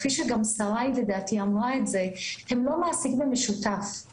כפי שגם שריי לדעתי אמרה את זה הם לא מעסיק במשותף.